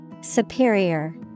Superior